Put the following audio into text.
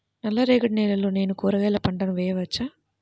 నల్ల రేగడి నేలలో నేను కూరగాయల పంటను వేయచ్చా?